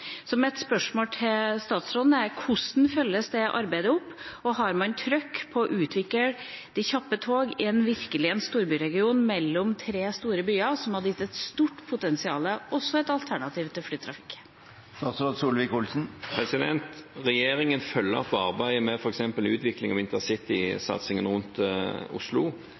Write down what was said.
Mitt spørsmål til statsråden er: Hvordan følges det arbeidet opp? Og har man trykk på å utvikle kjappe tog, i en virkelig storbyregion, mellom tre store byer, noe som hadde gitt et stort potensial og også vært et alternativ til flytrafikk? Regjeringen følger opp arbeidet med f.eks. utvikling av intercity-satsingen rundt Oslo